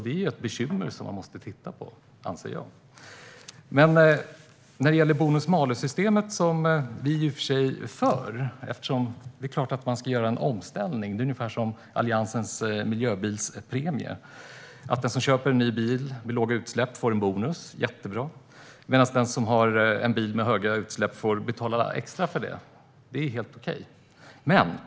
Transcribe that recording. Det är ett bekymmer som man måste titta på, anser jag. Bonus-malus-systemet är vi i och för sig för, eftersom det är klart att man ska göra en omställning. Det är ungefär som Alliansens miljöbilspremie, att den som köper en ny bil med låga utsläpp får en bonus - jättebra - medan den som har en bil med höga utsläpp får betala extra för det. Det är helt okej.